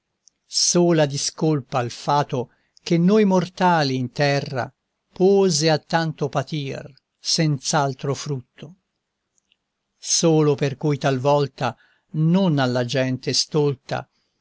sola discolpa al fato che noi mortali in terra pose a tanto patir senz'altro frutto solo per cui talvolta non alla gente stolta